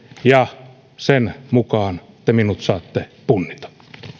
ja sen mukaan te minut saatte punnita